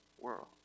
world